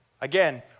Again